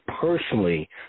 personally